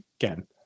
Again